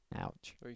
Ouch